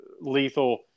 Lethal